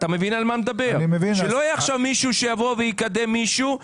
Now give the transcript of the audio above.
שלא יהיה מישהו שיקדם מישהו.